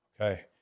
Okay